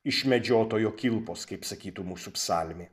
iš medžiotojo kilpos kaip sakytų mūsų psalmė